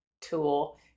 tool